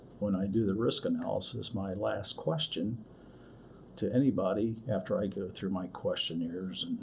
when i do the risk analysis, my last question to anybody after i go through my questionnaires